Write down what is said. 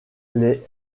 les